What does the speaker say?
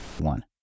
one